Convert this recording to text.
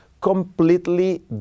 completely